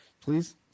please